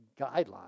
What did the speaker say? guidelines